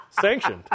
Sanctioned